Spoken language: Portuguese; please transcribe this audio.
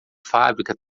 fábrica